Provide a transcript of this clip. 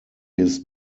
his